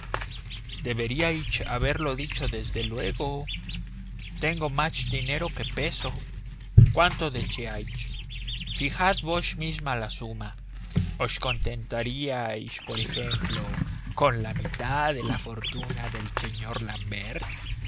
deberíais haberlo dicho desde luego tengo más dinero que peso cuánto deseáis fijad vos misma la suma os contentaríais por ejemplo con la mitad de la fortuna del señor l'ambert